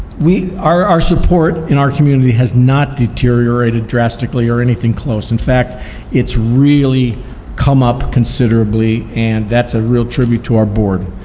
our our support in our community has not deteriorated drastically, or anything close. in fact it's really come up considerably, and that's a real tribute to our board.